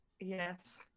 Yes